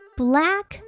black